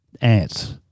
ants